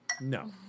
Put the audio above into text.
No